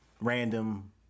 random